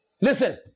listen